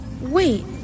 Wait